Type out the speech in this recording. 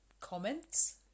comments